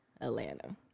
Atlanta